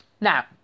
Now